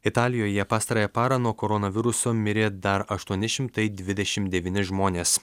italijoje pastarąją parą nuo koronaviruso mirė dar aštuoni šimtai dvidešimt devyni žmonės